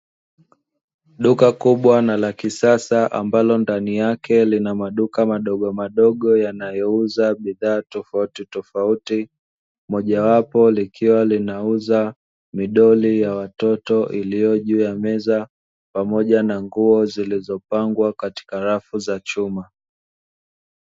Duka kubwa la kisasa ambalo ndani yake kuna maduka madogomadogo yanayouza bidhaa tofautitofauti, moja wapo likiwa linauza midoli ya watoto pamoja na nguo zilizopangwa katika rafu za chuma.